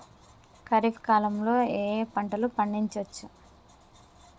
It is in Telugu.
ఖరీఫ్ కాలంలో ఏ ఏ పంటలు పండించచ్చు?